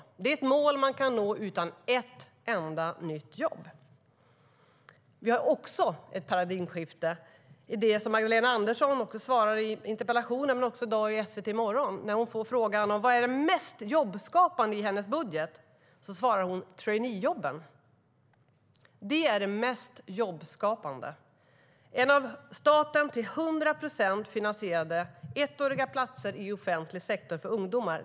Det är ett mål man kan nå utan ett enda nytt jobb. när hon fick frågan om vad som är det mest jobbskapande i hennes budget. Då svarade hon: traineejobben. Det är det mest jobbskapande - av staten till 100 procent finansierade ettåriga platser i offentlig sektor för ungdomar.